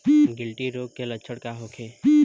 गिल्टी रोग के लक्षण का होखे?